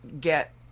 get